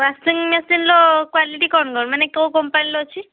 washing ମେସିନ୍ର quality କ'ଣ କ'ଣ ମାନେ କେଉଁ କମ୍ପାନୀର ଅଛି